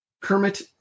Kermit